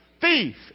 thief